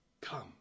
Come